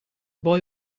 boy